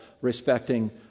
respecting